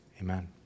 amen